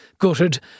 gutted